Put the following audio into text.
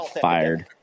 fired